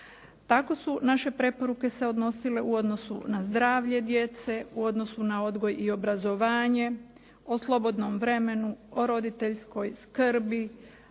Tako su naše preporuke se odnosile u odnosu na zdravlje djece, u odnosu na odgoj i obrazovanje, o slobodnom vremenu, o roditeljskoj skrbi